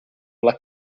alla